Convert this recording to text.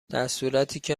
درصورتیکه